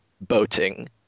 boating